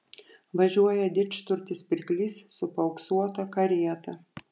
važiuoja didžturtis pirklys su paauksuota karieta